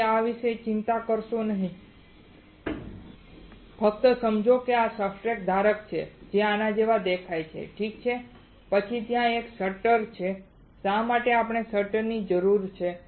તેથી આ વિશે ચિંતા કરશો નહીં ફક્ત સમજો કે ત્યાં સબસ્ટ્રેટ ધારક છે જે આના જેવો દેખાય છે ઠીક છે પછી ત્યાં એક શટર છે શા માટે આપણને શટરની જરૂર છે